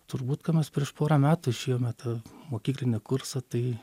turbūt kad mes prieš porą metų išėjome tą mokyklinį kursą tai